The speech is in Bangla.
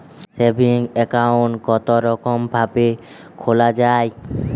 সেভিং একাউন্ট কতরকম ভাবে খোলা য়ায়?